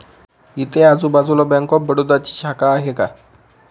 इथे आजूबाजूला bank of बडोदाची शाखा आहे का?